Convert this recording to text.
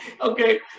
Okay